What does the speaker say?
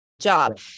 job